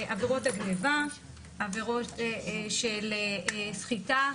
עבירות הגניבה; עבירות של סחיטה,